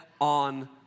on